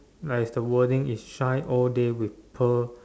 like is the wording is shine all day with pearl